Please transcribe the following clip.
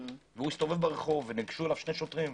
הוא הסתובב ברחוב, ניגשו אליו שני שוטרים.